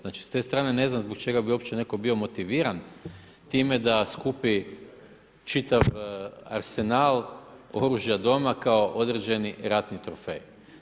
Znači s te strane ne znam zbog čega bi uopće netko bio motiviran time da skupi čitav arsenal oružja doma kao određeni ratni trofej.